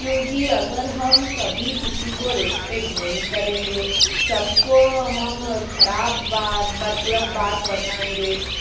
क्योंकि अगर हम कभी किसी को रेस्पेक्ट नहीं करेंगे सबको हम ख़राब बा मतलब बात बताएंगे